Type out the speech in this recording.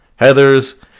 Heathers